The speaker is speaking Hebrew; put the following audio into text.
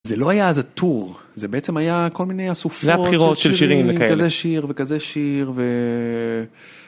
זה לא היה איזה טור, זה בעצם היה כל מיני אסופות של שירים, כזה שיר וכזה שיר.